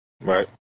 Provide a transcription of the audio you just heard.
Right